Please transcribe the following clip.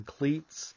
Cleats